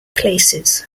places